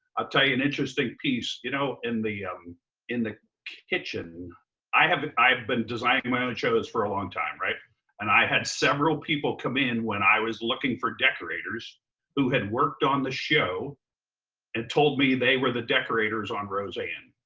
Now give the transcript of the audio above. ah tell you an interesting piece. you know in the um in the kitchen i've been designing my own shows for a long time, like and i had several people come in when i was looking for decorators who had worked on the show and told me they were the decorators on roseanne,